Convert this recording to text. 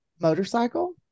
motorcycle